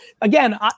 again